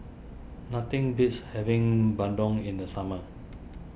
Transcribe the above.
nothing beats having Bandung in the summer